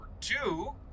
two